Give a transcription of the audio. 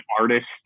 artist